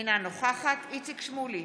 אינה נוכחת איציק שמולי,